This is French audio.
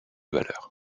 valeurs